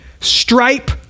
stripe